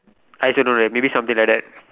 I also don't have maybe something like that